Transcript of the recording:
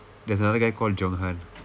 there's another guy called johan